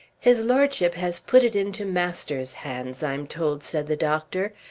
his lordship has put it into masters's hands, i'm told, said the doctor.